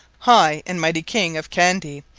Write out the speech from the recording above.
high and mighty king of candie,